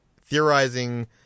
theorizing